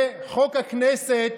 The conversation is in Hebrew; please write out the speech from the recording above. וחוק הכנסת,